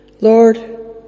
Lord